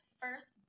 first